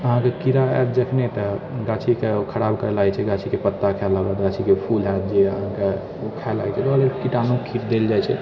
अहाँकेँ कीड़ा आबि जाइत नहि तऽ गाछीके ओ खराब करै लागैत छै गाछीके पता खाइ लेलक गाछीके फूल होयत जे अहाँकेँ ओ खाइ लगैत छै तऽ ओकराले कीटाणु किट देल जाइत छै